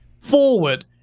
forward